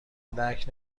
درک